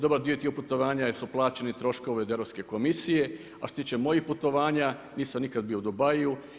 Dobar dio tih putovanja su plaćeni troškovi od Europske komisije, a što se tiče mojih putovanja nisam nikad bio u Dubaiju.